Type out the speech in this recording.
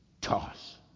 Toss